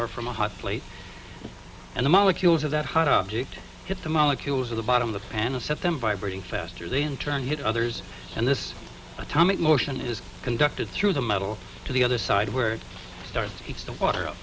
or from a hot plate and the molecules of that hot object hit the molecules of the bottom of the panel set them vibrating faster they in turn hit others and this atomic motion is conducted through the metal to the other side where it starts to heat the water